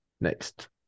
next